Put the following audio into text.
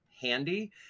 handy